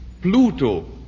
Pluto